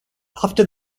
after